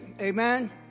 Amen